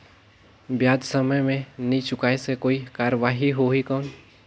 ब्याज समय मे नी चुकाय से कोई कार्रवाही होही कौन?